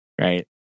Right